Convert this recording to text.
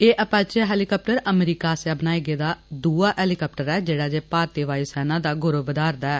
एह Apache helicopter America आस्सेया बनाए गेदा दुआ हैलिकाप्टर ऐ जेड़ा जे भारतीय वायु सेना दा गौरव बधा करदा ऐ